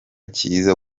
cyiza